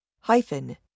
Hyphen